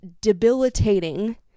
debilitating